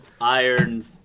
Iron